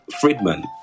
Friedman